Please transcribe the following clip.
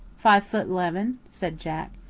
five foot leven, said jack.